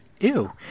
ew